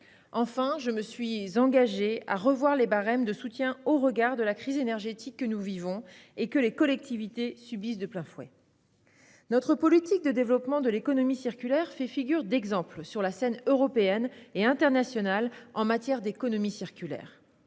suis enfin engagée à revoir les barèmes de soutien au regard de la crise énergétique que nous vivons et que les collectivités subissent de plein fouet. Notre politique de développement de l'économie circulaire fait figure d'exemple sur la scène européenne et internationale. Je souhaite